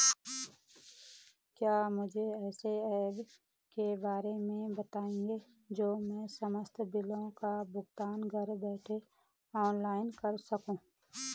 क्या मुझे ऐसे ऐप के बारे में बताएँगे जो मैं समस्त बिलों का भुगतान घर बैठे ऑनलाइन कर सकूँ?